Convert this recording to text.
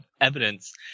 evidence